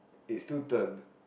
it still turned